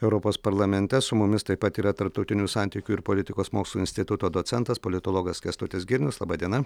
europos parlamente su mumis taip pat yra tarptautinių santykių ir politikos mokslų instituto docentas politologas kęstutis girnius laba diena